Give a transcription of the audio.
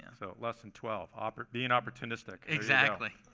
and so, less than twelve, um being opportunistic. exactly.